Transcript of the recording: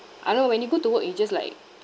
I know when you go to work you just like